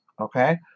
Okay